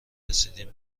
رسیدین